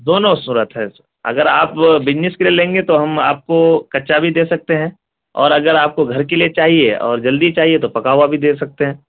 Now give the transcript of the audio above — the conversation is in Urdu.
دونوں صورت ہے اگر آپ بزنس کے لیے لیں گے تو ہم آپ کو کچا بھی دے سکتے ہیں اور اگر آپ کو گھر کے لیے چاہیے اور جلدی چاہیے تو پکا ہوا بھی دے سکتے ہیں